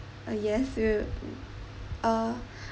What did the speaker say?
uh yes we'll uh